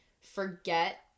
forget